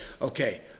okay